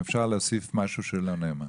אם אפשר להוסיף משהו שלא נאמר.